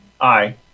Aye